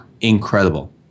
Incredible